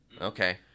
Okay